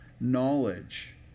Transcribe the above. knowledge